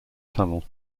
tunnel